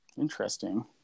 Interesting